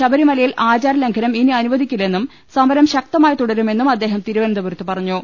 ശബരിമ ലയിൽ ആചാരലംഘനം ഇനി അനുവദിക്കില്ലെന്നും സമരം ശക്ത മായി തുടരുമെന്നും അദ്ദേഹം തിരുവനന്തപുരത്ത് പറഞ്ഞു